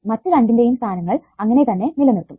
മറ്റ് രണ്ടിന്റെയും സ്ഥാനങ്ങൾ അങ്ങനെതന്നെ നിലനിർത്തും